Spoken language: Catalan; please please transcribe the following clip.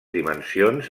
dimensions